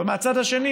אבל מהצד השני,